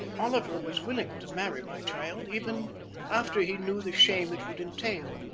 oliver was willing to marry my child, even after he knew the shame it would entail.